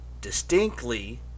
distinctly